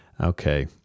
okay